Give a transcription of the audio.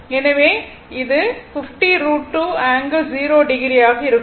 எனவே இது 50 √2 ∠0o ஆக இருக்கும்